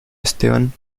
esteban